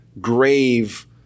grave